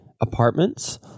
apartments